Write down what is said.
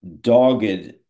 dogged